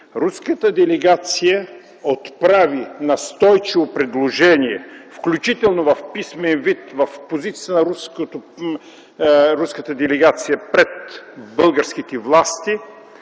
Руската делегация отправи настойчиво предложение, включително в писмен вид в позицията на руската делегация пред българските власти,